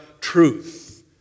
truth